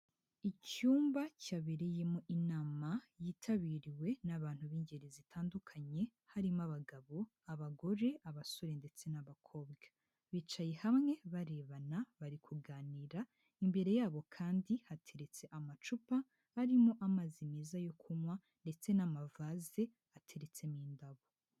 Icyumba cyabereyemo inama, yitabiriwe n'abantu b'ingeri zitandukanye, harimo abagabo, abagore, abasore ndetse n'abakobwa. Bicaye hamwe, barebana, bari kuganira, imbere yabo kandi hateretse amacupa arimo amazi meza yo kunywa ndetse n'amavaze ateretsemo indabo.